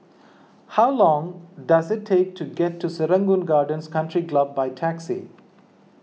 how long does it take to get to Serangoon Gardens Country Club by taxi